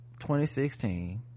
2016